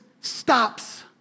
stops